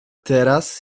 teraz